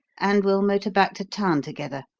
and we'll motor back to town together.